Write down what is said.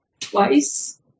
twice